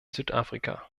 südafrika